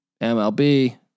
MLB